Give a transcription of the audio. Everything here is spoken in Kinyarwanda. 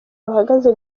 ruhagaze